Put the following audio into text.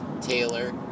Taylor